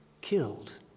killed